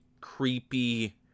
creepy